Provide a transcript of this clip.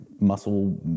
muscle